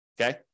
okay